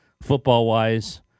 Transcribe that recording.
Football-wise